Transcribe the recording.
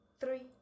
three